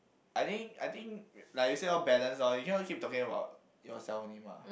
I think I think like you say lor balance lor you cannot keep talking about yourself only mah